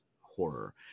horror